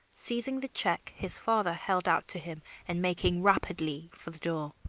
seizing the check his father held out to him and making rapidly for the door.